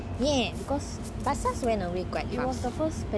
yes but SARS went away quite fast